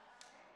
תתחיל.